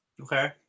Okay